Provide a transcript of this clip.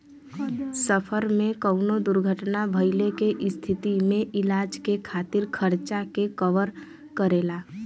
सफर में कउनो दुर्घटना भइले के स्थिति में इलाज के खातिर खर्चा के कवर करेला